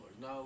No